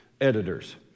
editor's